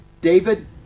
David